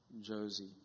Josie